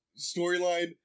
storyline